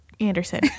Anderson